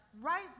right